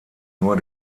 nur